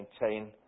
maintain